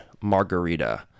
margarita